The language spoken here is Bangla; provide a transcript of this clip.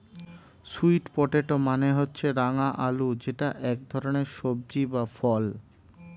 সুয়ীট্ পটেটো মানে হচ্ছে রাঙা আলু যেটা এক ধরনের সবজি বা ফল